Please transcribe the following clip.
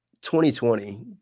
2020